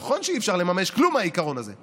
נכון שאי-אפשר לממש כלום מהעיקרון הזה,